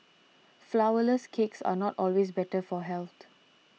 Flourless Cakes are not always better for health